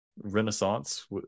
renaissance